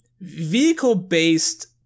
vehicle-based